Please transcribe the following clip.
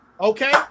Okay